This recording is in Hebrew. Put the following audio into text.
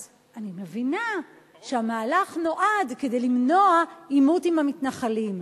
אז אני מבינה שהמהלך נועד למנוע עימות עם המתנחלים.